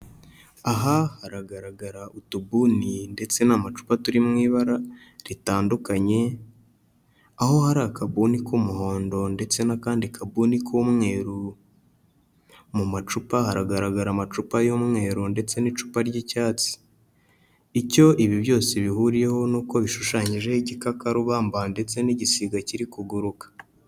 Aha haragaragara utubuni ndetse n'amacupa turi mu ibara ritandukanye, aho hari akabuni k'umuhondo ndetse n'akandi kabuni k'umweru, mu macupa haragaragara amacupa y'umweru ndetse n'icupa ry'icyatsi. Icyo ibi byose bihuriyeho ni uko bishushanyijeho igikakarubamba ndetse n'igisiga kiri kuguruka.